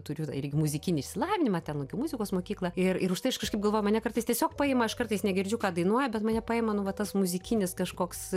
turiu irgi muzikinį išsilavinimą ten lankiau muzikos mokyklą ir ir už tai aš kažkaip galvoju mane kartais tiesiog paima aš kartais negirdžiu ką dainuoja bet mane paima nu va tas muzikinis kažkoks